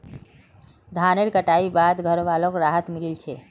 धानेर कटाई बाद घरवालोक राहत मिली छे